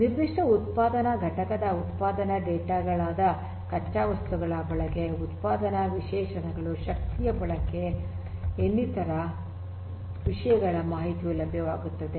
ನಿರ್ದಿಷ್ಟ ಉತ್ಪಾದನಾ ಘಟಕದ ಉತ್ಪಾದನಾ ಡೇಟಾ ಗಳಾದ ಕಚ್ಚಾ ವಸ್ತುಗಳ ಬಳಕೆ ಉತ್ಪಾದನಾ ವಿಶೇಷಣಗಳು ಶಕ್ತಿಯ ಬಳಕೆ ಇನ್ನಿತರ ವಿಷಯಗಳ ಮಾಹಿತಿಯು ಲಭ್ಯವಾಗುತ್ತದೆ